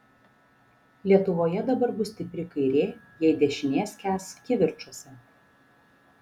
lietuvoje dabar bus stipri kairė jei dešinė skęs kivirčuose